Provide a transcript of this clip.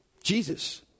Jesus